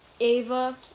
Ava